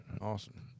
Awesome